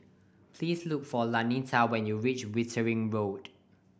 please look for Lanita when you reach Wittering Road